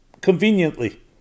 Conveniently